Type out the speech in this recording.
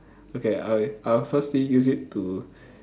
okay I I'll firstly use it to